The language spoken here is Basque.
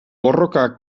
borroka